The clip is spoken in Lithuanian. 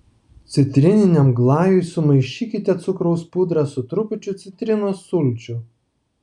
citrininiam glajui sumaišykite cukraus pudrą su trupučiu citrinos sulčių